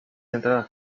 entradas